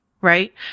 right